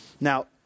Now